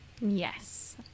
Yes